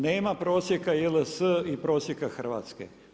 Nema prosjeka JLS i prosjeka Hrvatske.